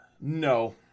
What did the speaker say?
No